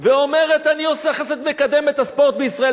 ואומרת: אני עושה חסד, מקדמת את הספורט בישראל.